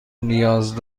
نیاز